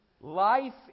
Life